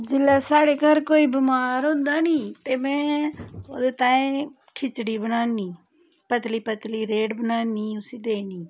जिल्ले स्हाड़े घर कोई बमार होंदा नी ते मैं ओह्दे ताईं खिचड़ी बनान्नी पतली पतली रेड़ बनानी उसी देनी